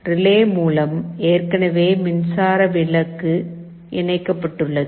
relay மூலம் ஏற்கனவே மின்சார விளக்கு இணைக்கப்பட்டுள்ளது